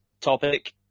topic